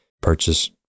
purchase